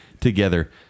together